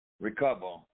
recover